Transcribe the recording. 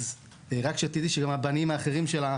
אז רק שתדעי שגם הבנים האחרים שלך,